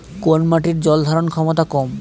কোন মাটির জল ধারণ ক্ষমতা কম?